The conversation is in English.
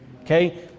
okay